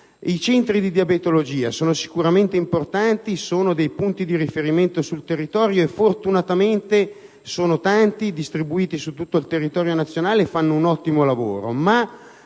I centri di diabetologia sono sicuramente importanti: rappresentano punti di riferimento sul territorio, sono fortunatamente tanti e distribuiti su tutto il territorio nazionale e svolgono un ottimo lavoro.